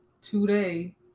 today